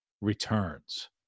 returns